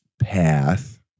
path